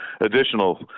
additional